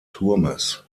turmes